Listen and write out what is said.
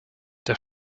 der